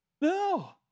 No